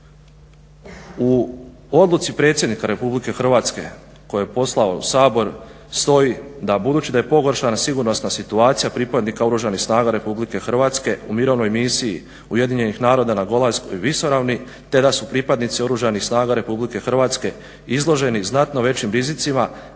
U odluci predsjednika RH koju je poslao Sabor stoji da budući da je pogoršana sigurnosna situacija pripadnika Oružanih snaga RH u Mirovnoj misiji UN-a na Golanskoj visoravni te da su pripadnici Oružanih snaga RH izloženi znatno većim rizicima,